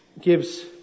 gives